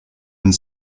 and